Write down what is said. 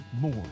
more